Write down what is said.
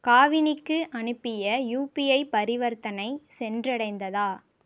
காவினிக்கு அனுப்பிய யுபிஐ பரிவர்த்தனை சென்றடைந்ததா